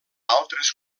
altres